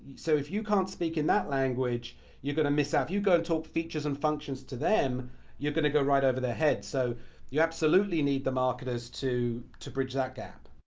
so if you can't speak in that language you're gonna miss out. ah if you go talk features and functions to them you're gonna go right over their heads. so you absolutely need the marketers to to bridge that gap.